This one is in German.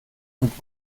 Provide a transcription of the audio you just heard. und